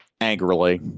Angrily